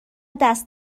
دست